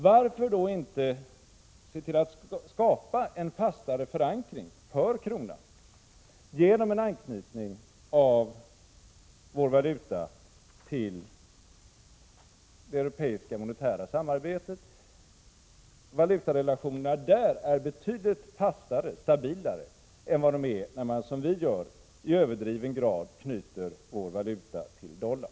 Varför inte se till att vi skapar en fastare förankring för kronan genom en anknytning av vår valuta till det europeiska monetära samarbetet? Valutarelationerna där är betydligt fastare och stabilare än vad de är när man, som vi gör, i överdriven grad knyter valutan till dollar.